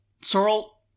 Sorrel